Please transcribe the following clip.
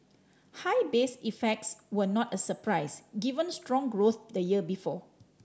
high base effects were not a surprise given strong growth the year before